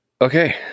okay